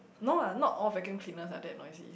no ah not all vacuum cleaners are that noisy